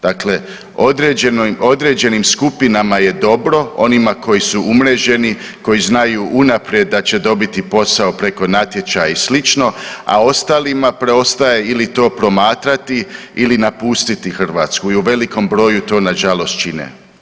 Dakle, određenim skupinama je dobro, onima koji su umreženi, koji znaju unaprijed da će dobiti posao preko natječaja i slično, a ostalima preostaje ili to promatrati ili napustiti Hrvatsku i u velikom broju to nažalost čine.